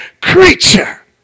creature